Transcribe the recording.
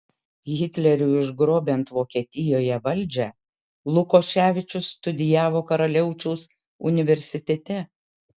hitleriui užgrobiant vokietijoje valdžią lukoševičius studijavo karaliaučiaus universitete